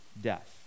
death